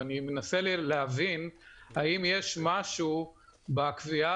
אני מנסה להבין האם יש משהו בקביעה